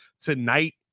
tonight